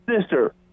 sister